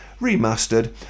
remastered